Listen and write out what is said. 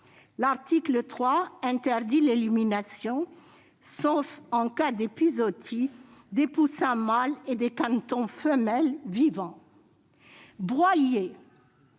L'article 3 interdit l'élimination, sauf en cas d'épizootie, des poussins mâles et des canetons femelles vivants. Broyés,